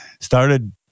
started